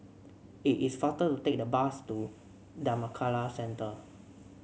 it is faster to take the bus to Dhammakaya Centre